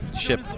ship